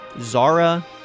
Zara